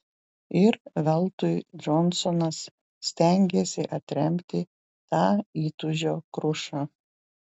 ir veltui džonsonas stengėsi atremti tą įtūžio krušą